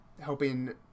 helping